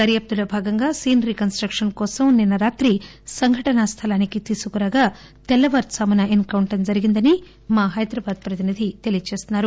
దర్యాప్తులో భాగంగా scene reconstruction కోసం నిన్న రాత్రి సంఘటనా స్లానికి తీసుకురాగా తెల్లవారుజామున ఎస్ కౌంటర్ జరిగిందని మా హైదరాబాద్ తెలియజేస్తున్నారు